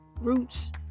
roots